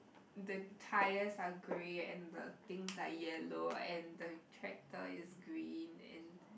the tires are grey and the things are yellow and the tractor is green and